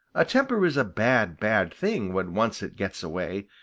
a temper is a bad, bad thing when once it gets away.